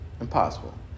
Impossible